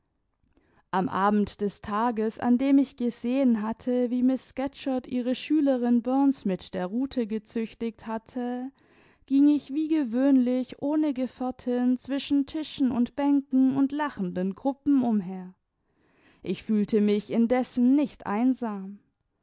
am abend des tages an dem ich gesehen hatte wie miß scatcherd ihre schülerin burns mit der rute gezüchtigt hatte ging ich wie gewöhnlich ohne gefährtin zwischen tischen und bänken und lachenden gruppen umher ich fühlte mich indessen nicht einsam